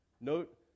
Note